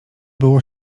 było